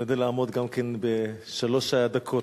אשתדל לעמוד גם כן בשלוש הדקות.